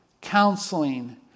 counseling